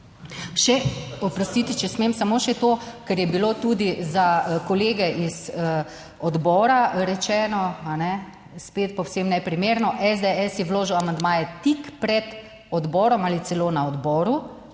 Še, oprostite, če smem samo še to, ker je bilo tudi za kolege iz odbora rečeno, spet povsem neprimerno, SDS je vložil amandmaje tik pred odborom ali celo na odboru,